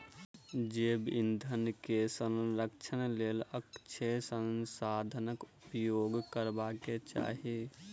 जैव ईंधन के संरक्षणक लेल अक्षय संसाधनाक उपयोग करबाक चाही